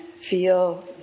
feel